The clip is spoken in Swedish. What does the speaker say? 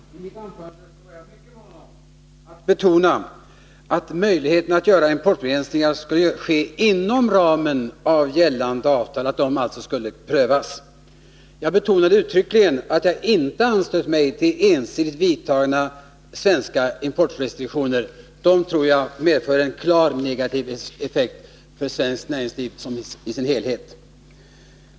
Herr talman! I mitt förra inlägg var jag mycket mån om att betona att eventuella importbegränsningar skulle ske inom ramarna för gällande avtal, att ramarna alltså skulle prövas. Jag betonade uttryckligen att jag inte anslöt mig till tanken på ensidigt vidtagna svenska importrestriktioner. Sådana tror jag skulle medföra en klart negativ effekt för det svenska näringslivet som helhet.